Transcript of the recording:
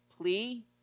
plea